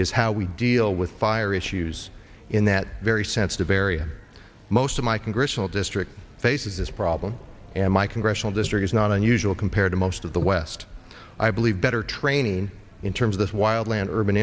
is how we deal with fire issues in that very sensitive area most of my congressional district faces this problem and my congressional district is not unusual compared to most of the west i believe better training in terms of this wild land urban